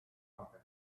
happen